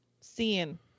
seeing